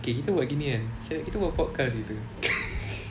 K kita buat gini kan macam kita buat podcast gitu